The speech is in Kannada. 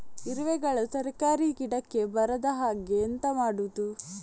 ಇರುವೆಗಳು ತರಕಾರಿ ಗಿಡಕ್ಕೆ ಬರದ ಹಾಗೆ ಎಂತ ಮಾಡುದು?